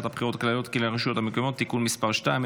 הבחירות הכלליות לרשויות המקומיות (תיקון מס' 2),